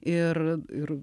ir ir